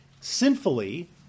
sinfully